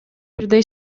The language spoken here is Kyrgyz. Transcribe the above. бирдей